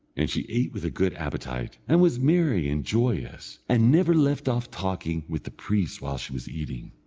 and she ate with a good appetite, and was merry and joyous, and never left off talking with the priest while she was eating.